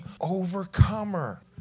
overcomer